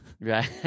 Right